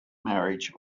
marriage